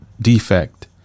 defect